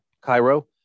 Cairo